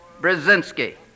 Brzezinski